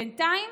בינתיים